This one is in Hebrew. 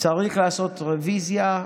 צריך לעשות רביזיה.